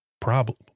problem